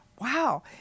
Wow